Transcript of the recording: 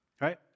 right